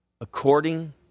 According